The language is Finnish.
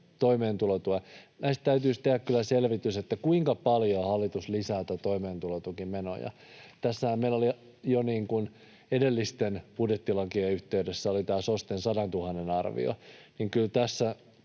jälleen. Näistä täytyisi tehdä kyllä selvitys, kuinka paljon hallitus lisää näitä toimeentulotukimenoja. Tässähän meillä jo edellisten budjettilakien yhteydessä oli SOSTEn 100 000:n arvio, ja kyllä tässä